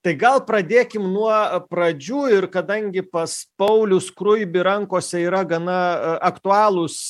tai gal pradėkim nuo pradžių ir kadangi pas paulių skruibį rankose yra gana aktualūs